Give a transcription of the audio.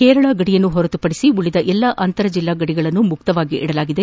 ಕೇರಳ ಗಡಿಯನ್ನು ಹೊರತುಪಡಿಸಿದರೆ ಉಳಿದಂತೆ ಎಲ್ಲಾ ಅಂತರ ಜಿಲ್ಲಾ ಗಡಿಗಳನ್ನು ಮುಕ್ತವಾಗಿಡಲಾಗಿದೆ